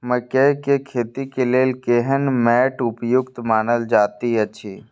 मकैय के खेती के लेल केहन मैट उपयुक्त मानल जाति अछि?